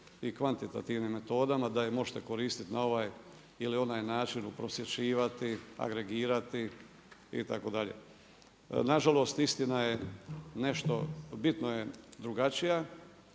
i kvantitativnim metodama, da ju možete koristiti na ovaj ili naj način, prosvjećivati, agregirati itd. Nažalost, istina je nešto, bitno je drugačija